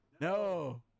No